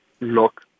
look